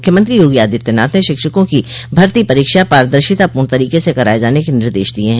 मुख्यमंत्री योगी आदित्यनाथ ने शिक्षकों की भर्ती परीक्षा पारदर्शितापूर्ण तरीक से कराये जाने के निर्देश दिये हैं